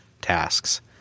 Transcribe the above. tasks